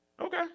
Okay